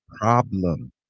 problem